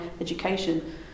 education